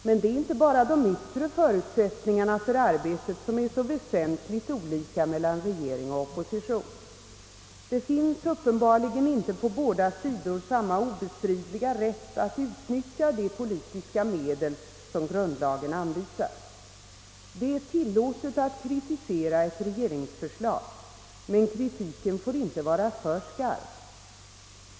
Men det är inte bara de ytttre förutsättningarna för arbetet som är så väsentligt olika mellan regering och opposition. Det finns uppenbarligen inte på båda sidor samma obestridliga rätt att utnyttja de politiska medel som grundlagen anvisar. Det är tillåtet att kritisera ett regeringsförslag, men kritiken får inte vara för skarp.